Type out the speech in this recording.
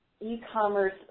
e-commerce